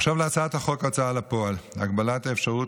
עכשיו להצעת החוק ההוצאה לפועל (הגבלת האפשרות